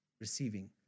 receiving